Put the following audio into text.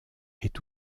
est